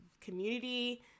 community